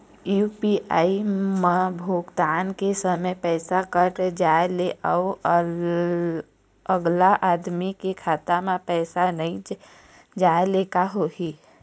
UPI म भुगतान के समय पैसा कट जाय ले, अउ अगला आदमी के खाता म पैसा नई जाय ले का होही?